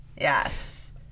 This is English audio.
Yes